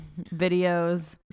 Videos